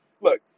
look